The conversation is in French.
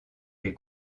les